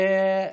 הוא אמר.